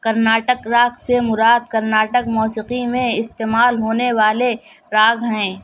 کرناٹک راگ سے مراد کرناٹک موسیقی میں استعمال ہونے والے راگ ہیں